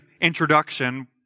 introduction